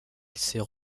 sert